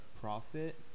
profit